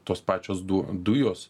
tos pačios du dujos